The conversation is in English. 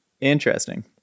Interesting